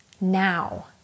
now